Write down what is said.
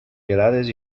gelades